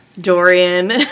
Dorian